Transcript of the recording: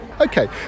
Okay